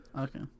okay